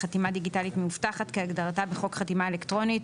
"חתימה דיגיטלית מאובטחת" כהגדרתה בחוק חתימה אלקטרונית,